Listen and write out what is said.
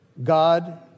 God